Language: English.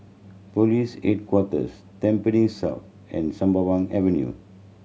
Police Headquarters Tampines South and Sembawang Avenue